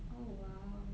oh !wow!